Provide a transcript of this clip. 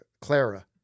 Clara